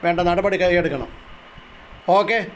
വേണ്ട നടപടികൾ എടുക്കണം ഓക്കെ